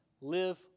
live